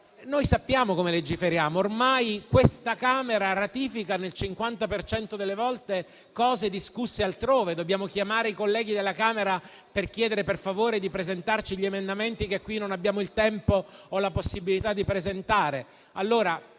Sappiamo come legiferiamo: ormai questa Camera ratifica, il 50 per cento delle volte, provvedimenti discussi altrove; dobbiamo chiamare i colleghi della Camera per chiedere, per favore, di presentarci gli emendamenti che qui non abbiamo il tempo o la possibilità di presentare.